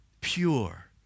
pure